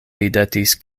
ridetis